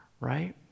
right